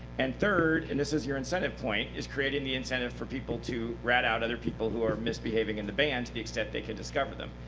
and third, and this is your incentive point, is creating the incentive for people to rat out other people who are misbehaving in the band, to the extent they can discover them.